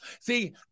See